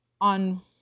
on